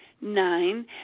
Nine